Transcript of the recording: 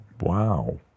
Wow